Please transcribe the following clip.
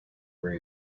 where